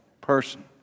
person